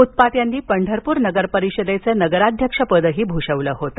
उत्पात यांनी पंढरपूर नगरपरिषदेचं नगराध्यक्षपदही भूषविलं होते